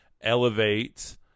elevate